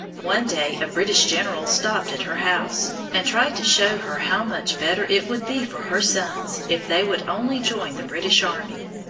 one day, a british general stopped at her house, and tried to show her how much better it would be for her sons if they would only join the british army.